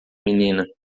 menina